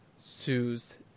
Sue's